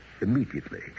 immediately